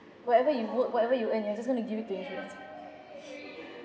whatever you work whatever you earn you're just gonna give it to insurance